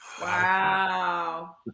Wow